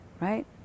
right